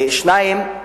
שנית,